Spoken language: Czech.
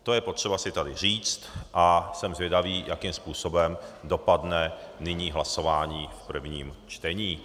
To je potřeba si tady říct a jsem zvědavý, jakým způsobem dopadne nyní hlasování v prvním čtení.